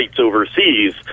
overseas